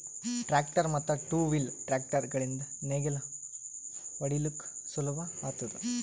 tractor ಮತ್ತ್ two wheel tractor ಗಳಿಂದ್ ನೇಗಿಲ ಹೊಡಿಲುಕ್ ಸುಲಭ ಆತುದ